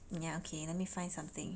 ya okay let me find something